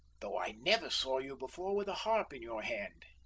though i never saw you before with a harp in your hand.